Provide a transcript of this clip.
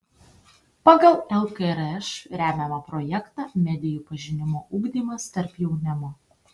pagal lkrš remiamą projektą medijų pažinimo ugdymas tarp jaunimo